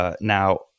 Now